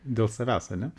dėl savęs ane